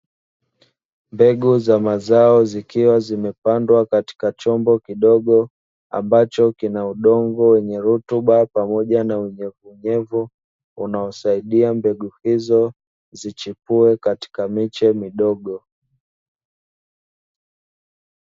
Mbegu za mazao zikiwa zimepandwa katika chombo kidogo, ambacho kina udogo wenye rutuba pamoja na unyevunyevu, unaosaidia mbegu hizo zichipue katika miche midogo.